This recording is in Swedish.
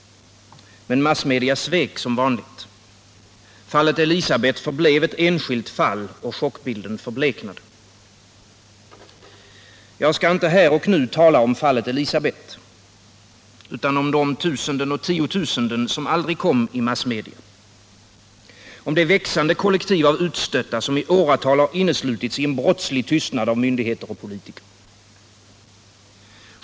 Men massmedia svek, som vanligt. Fallet Elisabeth förblev ett enskilt fall, och chockbilden förbleknade. Jag skall inte här och nu tala om fallet Elisabeth, utan om de tusenden och tiotusenden som aldrig kom i massmedia, om det växande kollektiv av utstötta som i åratal har inneslutits i en brottslig tystnad av myndigheter och politiker.